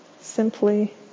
simply